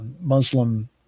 Muslim